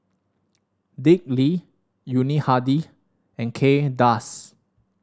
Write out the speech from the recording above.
Dick Lee Yuni Hadi and Kay Das